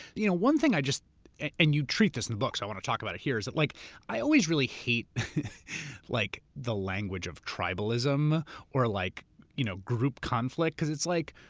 you know, one thing i just and you treat this in books, i want to talk about it here is that like i always really hate like the language of tribalism or like you know group conflict because it's like,